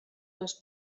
les